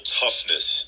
toughness